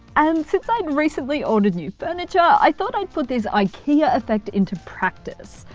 and since i'd recently ordered new furniture, i thought i'd put this ikea effect into practice.